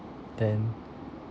then